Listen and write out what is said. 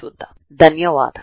ధన్యవాదములు